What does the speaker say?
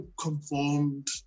conformed